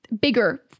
bigger